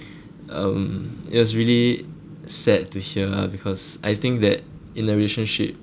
sad to hear ah because I think that in a relationship